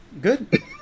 good